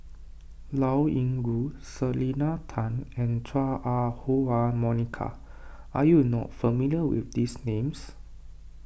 Liao Yingru Selena Tan and Chua Ah Huwa Monica are you not familiar with these names